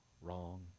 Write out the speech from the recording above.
wrong